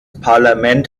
parlament